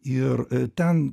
ir ten